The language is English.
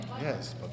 Yes